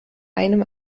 einem